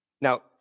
Now